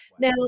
Now